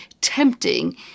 tempting